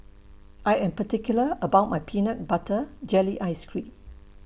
I Am particular about My Peanut Butter Jelly Ice Cream